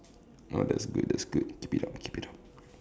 ah that's good that's good keep it up keep it up